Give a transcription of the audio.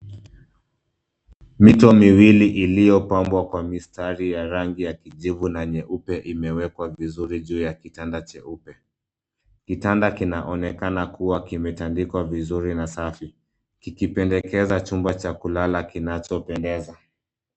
Mito miwili iliyopambwa kwa mistari ya rangi ya kijivu na nyeupe imewekwa vizuri juu ya kitanda cheupe. Kitanda kinaonekana kuwa kimetandikwa vizuri na safi. ikipendekeza chumba cha kulala kinachopendeza